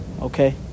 Okay